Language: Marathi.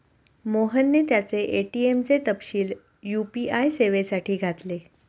मोहनने त्याचे ए.टी.एम चे तपशील यू.पी.आय सेवेसाठी घातले